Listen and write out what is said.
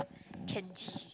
Kenji